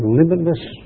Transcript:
limitless